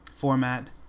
format